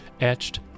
Etched